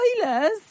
spoilers